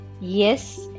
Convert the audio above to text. Yes